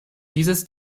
dieses